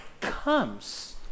comes